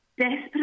desperate